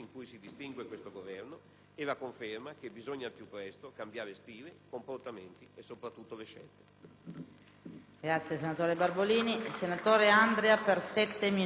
e la conferma che bisogna la più presto cambiare stile, comportamenti e, soprattutto, le scelte.